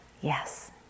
Yes